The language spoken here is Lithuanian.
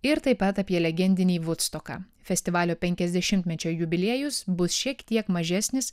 ir taip pat apie legendinį vudstoką festivalio penkiasdešimtmečio jubiliejus bus šiek tiek mažesnis